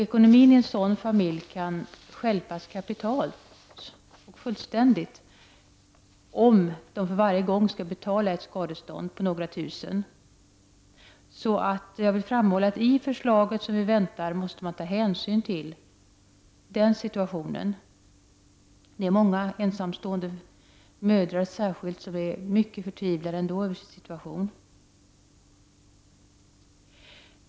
Ekonomin i en sådan familj kan stjälpas kapitalt, om man varje gång barnet gör något skall betala ett skadestånd på ett par tusen kronor. Jag vill därför framhålla att man i de förslag som vi väntar på måste ta hänsyn sådana fall. Det finns många, särskilt ensamstående mödrar, som ändå är förtvivlade över sin situation.